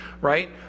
right